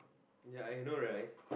ya I know right